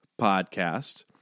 podcast